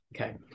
Okay